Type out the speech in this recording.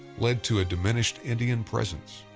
led to a diminished indian presence,